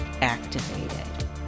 activated